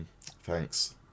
Thanks